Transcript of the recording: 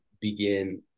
begin